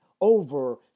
over